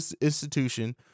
institution